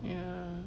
ya